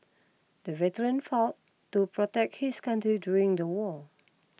the veteran fought to protect his country during the war